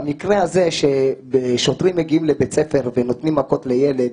במקרה הזה כששוטרים מגיעים לבית ספר ונותנים מכות לילד,